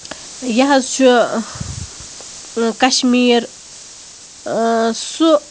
یہِ حظ چھُ کَشمیٖر سُہ